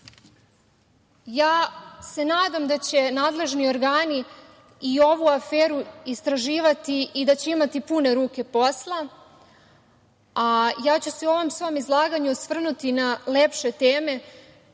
isto. Nadam se da će nadležni organi i ovu aferu istraživati i da će imati pune ruke posla.U ovom svom izlaganju ću se osvrnuti na lepše teme,